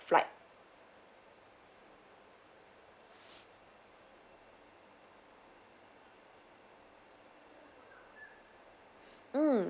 flight mm